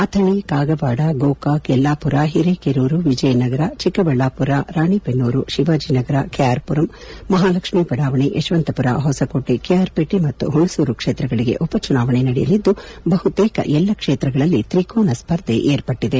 ಅಥಣಿ ಕಾಗವಾದ ಗೋಕಾಕ್ ಯಲ್ಲಾಪುರ ಹಿರೇಕೆರೂರು ವಿಜಯನಗರ ಚಿಕ್ಕಬಳ್ಳಾಪುರ ರಾಣಿಬೆನ್ನೂರು ಶಿವಾಜಿನಗರ ಕೆಆರ್ ಪುರಂ ಮಹಾಲಕ್ಷ್ಮಿ ಬಡಾವಣೆ ಯಶವಂತಪುರ ಹೊಸಕೋಟಿ ಕೆಆರ್ ಪೇಟಿ ಮತ್ತು ಹುಣಸೂರು ಕ್ಷೇತ್ರಗಳಿಗೆ ಉಪಚುನಾವಣೆ ನಡೆಯಲಿದ್ದು ಬಹುತೇಕ ಎಲ್ಲಾ ಕ್ಷೇತ್ರಗಳಲ್ಲಿ ತ್ರಿಕೋನ ಸ್ಪರ್ಧೆ ಏರ್ಪಟೈದೆ